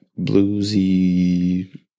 bluesy